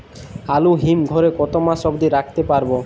আলু হিম ঘরে কতো মাস অব্দি রাখতে পারবো?